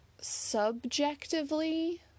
subjectively